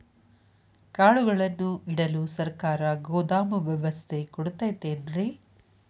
ಕಾಳುಗಳನ್ನುಇಡಲು ಸರಕಾರ ಗೋದಾಮು ವ್ಯವಸ್ಥೆ ಕೊಡತೈತೇನ್ರಿ?